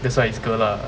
that's why it's good lah